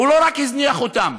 הוא לא רק הזניח אותם.